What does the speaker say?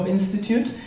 Institute